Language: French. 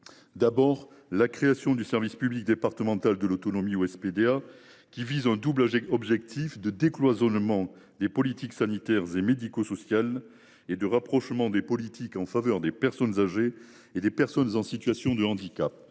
d’abord, la création du service public départemental de l’autonomie (SPDA) vise un double objectif de décloisonnement des politiques sanitaires et médico sociales et de rapprochement des politiques en faveur des personnes âgées et des personnes en situation de handicap.